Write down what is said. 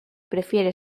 prefiere